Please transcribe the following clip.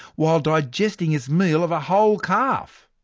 while digesting its meal of a whole calf.